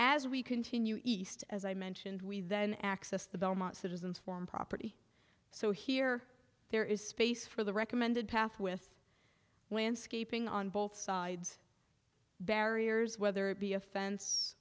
as we continue east as i mentioned we then access the belmont citizens form property so here there is space for the recommended path with landscaping on both sides barriers whether it be a fence